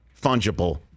fungible